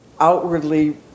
outwardly